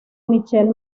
michel